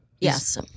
Yes